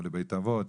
או לבית אבות,